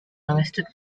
arrested